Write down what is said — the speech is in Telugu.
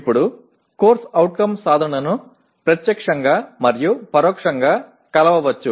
ఇప్పుడు CO సాధనను ప్రత్యక్షంగా మరియు పరోక్షంగా కొలవవచ్చు